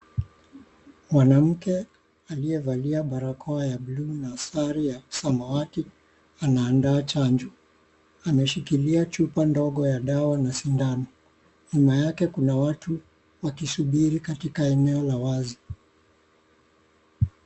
Mwanamke aliyevalia barakoa ya (cs) bluu (cs) na sare ya samawati anaandaa chanjo. Ameshikilia chupa ndogo ya dawa na sindano. Nyuma yake Kuna watu wakisubiri Katika eneo la wazi .